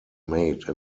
made